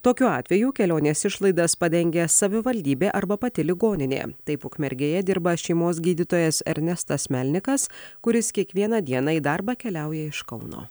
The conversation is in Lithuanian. tokiu atveju kelionės išlaidas padengia savivaldybė arba pati ligoninė taip ukmergėje dirba šeimos gydytojas ernestas melnikas kuris kiekvieną dieną į darbą keliauja iš kauno